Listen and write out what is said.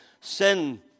sin